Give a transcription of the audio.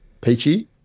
Peachy